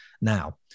Now